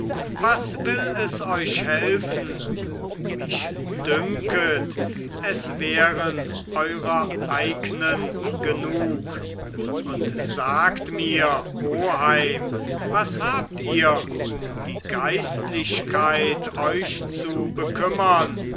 was will es euch helfen mich dünket es wären eurer eignen genug und sagt mir oheim was habt ihr um die geistlichkeit euch zu bekümmern